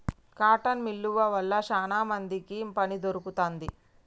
cotton మిల్లువ వల్ల శానా మందికి పని దొరుకుతాంది